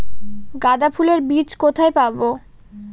গাঁদা ফুলের বীজ কোথায় পাবো?